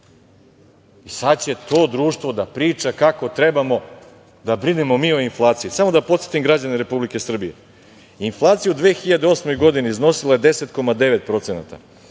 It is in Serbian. i sada će to društvo da priča kako trebamo da brinemo mi o inflaciji. Samo da podsetim građane Republike Srbije. inflacija u 2008. godini je iznosila 10,9%, u 2009.